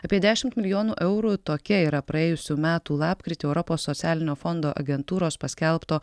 apie dešimt milijonų eurų tokia yra praėjusių metų lapkritį europos socialinio fondo agentūros paskelbto